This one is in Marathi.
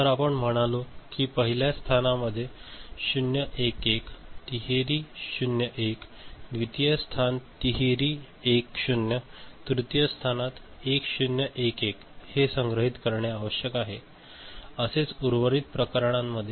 तर आपण म्हणालो की पहिल्या स्थानामध्ये 0 1 1 1 तिहेरी 0 1 द्वितीय स्थान तिहेरी 1 0 तृतीय स्थानात 1 0 1 1 हे संग्रहित करणे आवश्यक आहे असेच उर्वरित प्रकरणांमध्ये